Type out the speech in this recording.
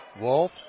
Wolf